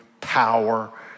power